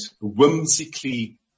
whimsically